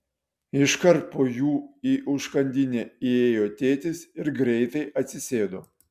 iškart po jų į užkandinę įėjo tėtis ir greitai atsisėdo